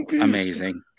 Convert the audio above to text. amazing